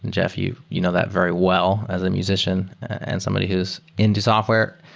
and jeff, you you know that very well as a musician and somebody who's into software.